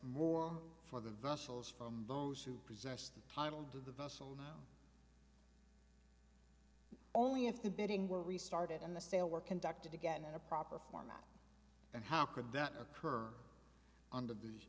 more for the vessels from those who possess the title do the vessel now only if the bidding were restarted and the sale were conducted again in a proper format and how could that occur under the